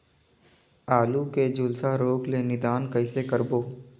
आलू के झुलसा रोग ले निदान कइसे करबो?